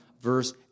verse